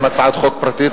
עם הצעת חוק פרטית,